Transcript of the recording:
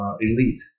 elite